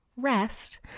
rest